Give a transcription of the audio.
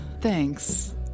Thanks